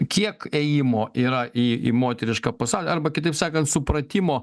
kiek ėjimo yra į į moterišką pasaulį arba kitaip sakant supratimo